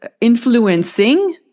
influencing